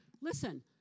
Listen